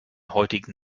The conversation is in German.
heutigen